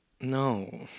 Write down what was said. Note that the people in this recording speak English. No